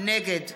נגד